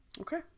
Okay